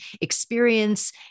experience